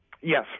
Yes